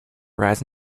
rise